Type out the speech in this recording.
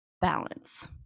balance